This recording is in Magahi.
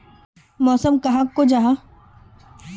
मौसम कहाक को जाहा?